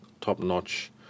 top-notch